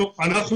כפי שאמרתי,